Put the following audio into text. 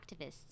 activists